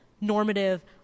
normative